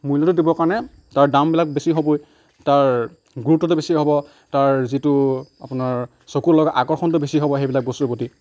মূল্য দিবৰ কাৰণে তাৰ দামবিলাক বেছি হ'বই তাৰ গুৰুত্বটো বেছি হ'ব তাৰ যিটো আপোনাৰ চকুত লগা আকৰ্ষণটো বেছি হ'ব সেইবিলাক বস্তুৰ প্ৰতি